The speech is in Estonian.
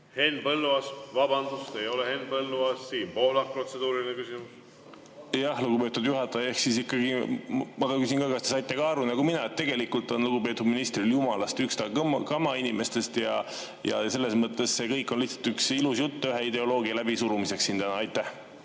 Henn Põlluaas! Vabandust! Ei ole Henn Põlluaasa. Siim Pohlak, protseduuriline küsimus! Lugupeetud juhataja! Ma tahan küsida, kas te saite ka aru nagu mina, et tegelikult on lugupeetud ministrile jumalast ükstakama inimestest ja selles mõttes see kõik on lihtsalt üks ilus jutt ühe ideoloogia läbisurumiseks siin täna.